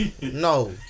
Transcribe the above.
no